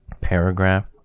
paragraph